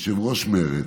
יושב-ראש מרצ.